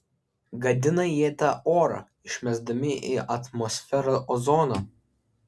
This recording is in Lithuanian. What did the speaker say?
gadina jie tą orą išmesdami į atmosferą ozoną